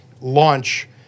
launch